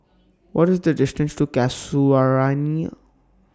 What IS The distance to Casuarina